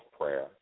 prayer